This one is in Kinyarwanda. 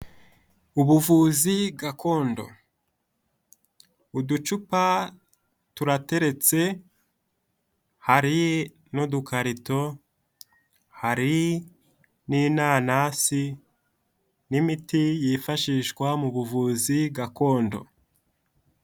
Ubuvuzi gakondo uducupa turateretse hari n'udukarito, hari n'inanasi n'imiti yifashishwa mu buvuzi gakondo.